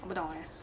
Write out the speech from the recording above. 我不懂 leh